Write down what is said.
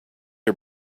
her